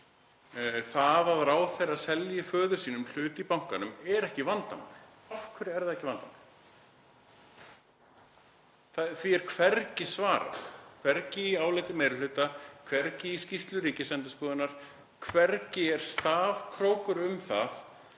Það að ráðherra selji föður sínum hlut í bankanum er ekki vandamál. Af hverju er það ekki vandamál? Því er hvergi svarað, hvergi í áliti meiri hlutans, hvergi í skýrslu Ríkisendurskoðunar. Hvergi er stafkrókur um að